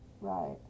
Right